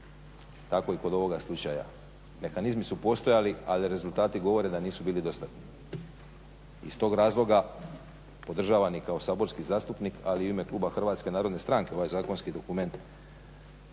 Tako i kod ovoga slučaja. Mehanizmi su postojali, ali rezultati govore da nisu bili dostatni. Iz tog razloga podržavam i kao saborski zastupnik, ali i u ime kluba Hrvatske narodne stranke ovaj zakonski dokument.